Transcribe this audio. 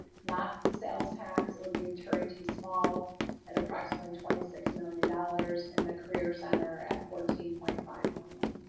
not sales tax. it would be turie t. small and approximately twenty six million dollars and the career center at fourteen point five million.